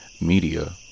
Media